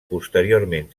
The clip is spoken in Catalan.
posteriorment